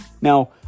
now